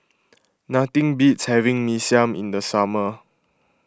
nothing beats having Mee Siam in the summer